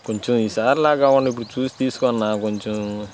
కొంచెం ఈ సారిలా కావాలిగ చూసి తీసుకోన్నా కొంచెం